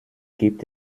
gibt